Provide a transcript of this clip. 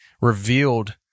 revealed